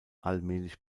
allmählich